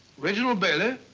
reginald bailey?